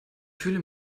fühle